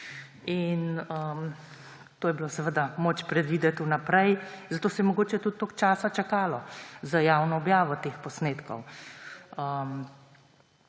in to je bilo seveda moč predvideti vnaprej. Zato se je mogoče tudi toliko časa čakalo z javno objavo teh posnetkov.